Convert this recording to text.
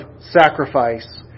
sacrifice